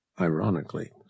Ironically